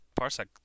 Parsec